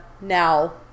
now